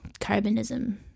carbonism